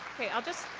okay. i'll just